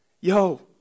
yo